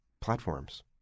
platforms